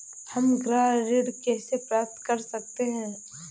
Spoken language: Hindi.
हम गृह ऋण कैसे प्राप्त कर सकते हैं?